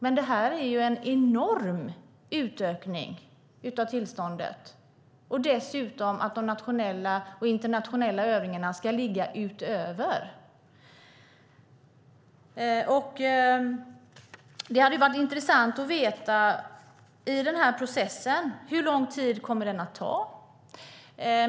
Men det handlar om en enorm utökning av tillståndet, och dessutom ska de nationella och internationella övningarna ligga utöver det. Det hade varit intressant att veta: Hur lång tid kommer processen att ta?